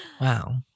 Wow